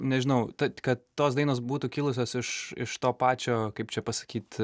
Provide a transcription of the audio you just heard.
nežinau tad kad tos dainos būtų kilusios iš iš to pačio kaip čia pasakyt